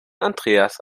andreas